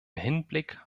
hinblick